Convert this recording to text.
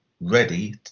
ready